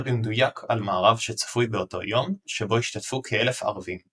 במדויק על מארב שצפוי באותו היום שבו ישתתפו כאלף ערבים.